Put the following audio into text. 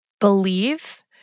believe